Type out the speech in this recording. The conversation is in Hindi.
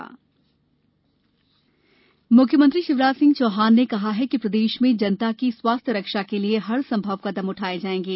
स्वास्थ्य रक्षा मुख्यमंत्री शिवराज सिंह चौहान ने कहा कि प्रदेश में जनता की स्वास्थ्य रक्षा के लिए हर संभव कदम उठाए जाएगे